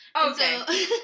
Okay